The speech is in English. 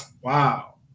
Wow